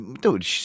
dude